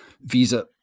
Visa